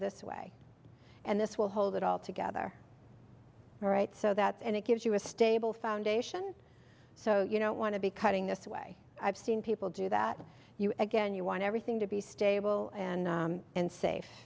this way and this will hold it all together all right so that and it gives you a stable foundation so you don't want to be cutting this way i've seen people do that you again you want everything to be stable and and safe